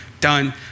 done